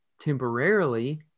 temporarily